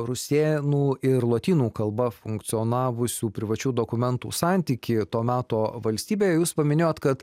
rusėnų ir lotynų kalba funkcionavusių privačių dokumentų santykį to meto valstybėj jūs paminėjot kad